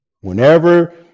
whenever